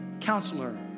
counselor